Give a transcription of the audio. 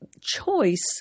choice